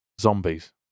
zombies